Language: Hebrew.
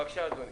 בבקשה, אדוני.